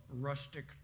rustic